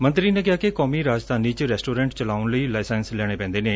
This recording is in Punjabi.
ਮੰਤਰੀ ਨੇ ਕਿਹਾ ਕਿ ਕੌਮੀ ਰਾਜਧਾਨੀ ਚ ਰੈਸਟੋਰੈਂਟ ਚਲਾਉਣ ਲਈ ਲਾਇਸੈਂਸ ਲੈਣੇ ਪੈਂਦੇ ਨੇ